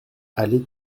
allez